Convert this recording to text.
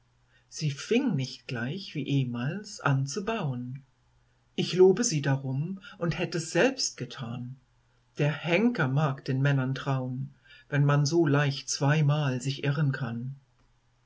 sie fing nicht gleich wie ehmals an zu bauen ich lobe sie darum und hätt es selbst getan der henker mag den männern trauen wenn man so leicht zweimal sich irren kann